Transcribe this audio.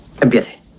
Empiece